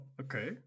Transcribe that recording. Okay